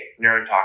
neurotoxin